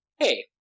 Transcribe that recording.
hey